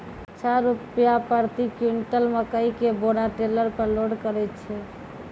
छह रु प्रति क्विंटल मकई के बोरा टेलर पे लोड करे छैय?